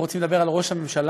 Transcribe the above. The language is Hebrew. אנחנו רוצים לדבר על ראש הממשלה,